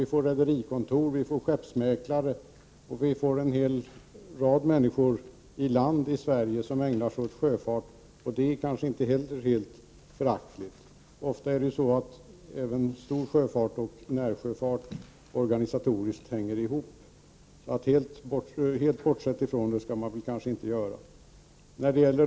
Vi får rederikontor, vi får skeppsmäklare och vi får en hel rad människor i land i Sverige som ägnar sig åt sjöfart. Det är kanske inte heller helt föraktligt. Ofta är det även så att stor sjöfart och närsjöfart organisatoriskt hänger ihop. Helt bortse från detta kan man väl därför kanske inte.